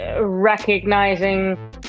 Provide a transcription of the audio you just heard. recognizing